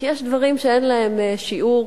כי יש דברים שאין להם שיעור.